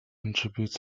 contributes